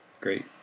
great